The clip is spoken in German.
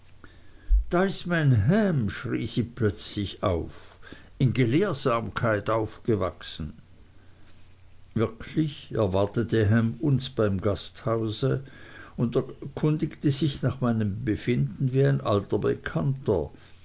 ist mein ham schrie sie plötzlich auf in gelehrsamkeit aufgewachsen wirklich erwartete ham uns beim gasthause und erkundigte sich nach meinem befinden wie ein alter bekannter